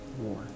war